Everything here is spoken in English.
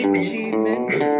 achievements